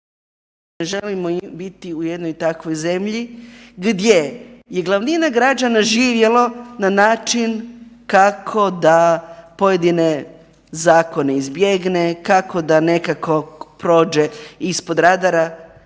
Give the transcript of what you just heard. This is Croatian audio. želimo biti u jednoj takvoj zemlji gdje je glavnina građana živjelo na način kako da pojedine zakone izbjegne, kako da nekako prođe ispod radara.